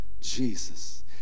Jesus